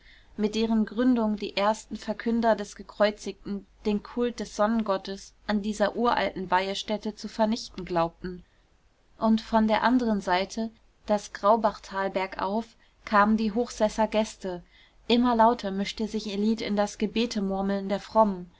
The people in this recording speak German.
mit deren gründung die ersten verkünder des gekreuzigten den kult des sonnengottes an dieser uralten weihestätte zu vernichten glaubten und von der anderen seite das graubachtal bergauf kamen die hochsesser gäste immer lauter mischte sich ihr lied in das gebetemurmeln der frommen